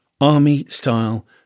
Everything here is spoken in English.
Army-style